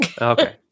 Okay